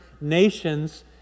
nations